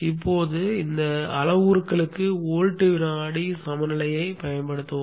இப்போது இந்த அளவுருக்களுக்கு வோல்ட் வினாடி சமநிலையைப் பயன்படுத்துவோம்